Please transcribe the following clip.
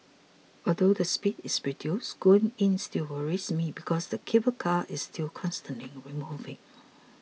although the speed is reduced going in still worries me because the cable car is still constantly removing